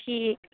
ঠিক